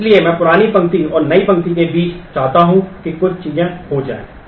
इसलिए मैं पुरानी पंक्ति और नई पंक्ति के बीच चाहता हूं कि कुछ चीजें हो जाएं